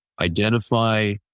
identify